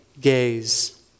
gaze